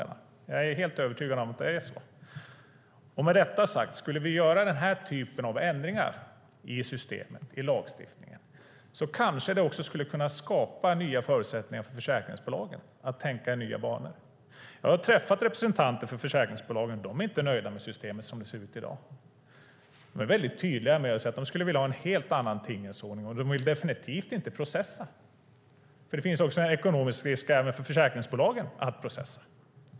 Jag är helt övertygad om att det är så. Med detta sagt: Skulle vi göra denna typ av ändringar i systemet och lagstiftningen skulle det kanske också kunna skapa förutsättningar för försäkringsbolagen att tänka i nya banor. Jag har träffat representanter för försäkringsbolagen, och de är inte nöjda med hur systemet ser ut i dag. De är väldigt tydliga med att de skulle vilja ha en helt annan tingens ordning, och de vill definitivt inte processa. Det finns nämligen en ekonomisk risk även för försäkringsbolagen i att processa.